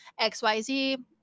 XYZ